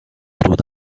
through